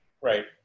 Right